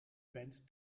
bent